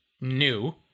new